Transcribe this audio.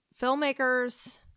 filmmakers